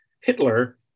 Hitler